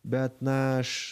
bet na aš